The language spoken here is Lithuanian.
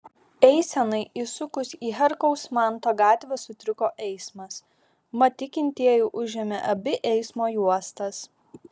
eisenai įsukus į herkaus manto gatvę sutriko eismas mat tikintieji užėmė abi eismo juostas